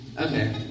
Okay